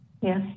Yes